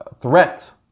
threat